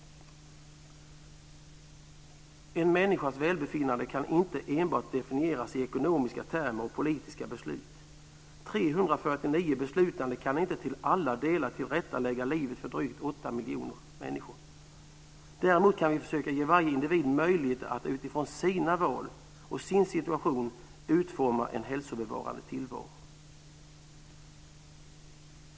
En människas välbefinnande kan inte enbart definieras i ekonomiska termer och politiska beslut. 349 beslutande kan inte till alla delar tillrättalägga livet för drygt 8 miljoner människor. Däremot kan vi försöka ge varje individ möjlighet att utifrån sina val och sin situation utforma en hälsobevarande tillvaro.